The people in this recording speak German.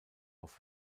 auf